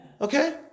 Okay